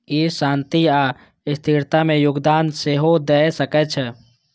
ई शांति आ स्थिरता मे योगदान सेहो दए सकै छै